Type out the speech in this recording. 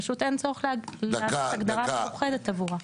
פשוט אין צורך לעשות הגדרה מיוחדת עבורה.